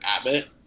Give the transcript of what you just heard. Abbott